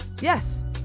Yes